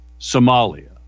Somalia